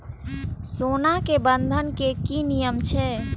सोना के बंधन के कि नियम छै?